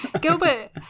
Gilbert